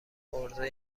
عرضه